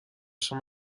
son